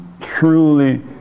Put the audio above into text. truly